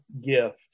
gift